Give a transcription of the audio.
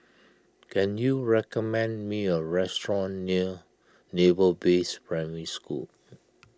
can you recommend me a restaurant near Naval Base Primary School